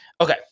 Okay